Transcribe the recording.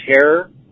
Terror